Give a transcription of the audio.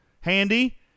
Handy